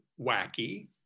wacky